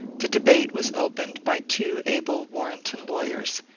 the debate was opened by two able warrenton lawyers,